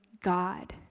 God